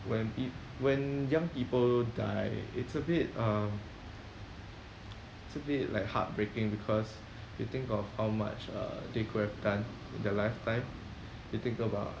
when peo~ when young people die it's a bit um it's a bit like heartbreaking because you think of how much uh they could have done in their lifetime you think about